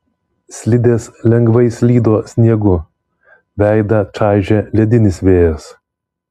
slidės lengvai slydo sniegu veidą čaižė ledinis vėjas